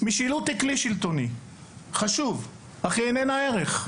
היא כלי שלטוני חשוב, אך היא איננה ערך.